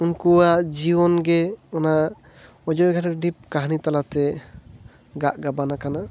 ᱩᱱᱠᱩᱣᱟᱜ ᱡᱚᱭᱚᱱ ᱜᱮ ᱚᱱᱟ ᱚᱡᱚᱭ ᱜᱟᱰᱟ ᱰᱷᱤᱯ ᱠᱟᱦᱟᱱᱤ ᱛᱟᱞᱟᱛᱮ ᱜᱟᱜ ᱜᱟᱵᱟᱱᱟᱠᱟ